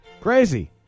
Crazy